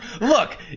Look